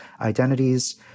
identities